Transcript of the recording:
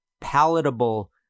palatable